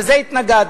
לזה התנגדנו.